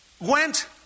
went